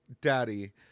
Daddy